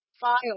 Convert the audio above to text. file